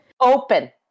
Open